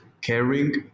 caring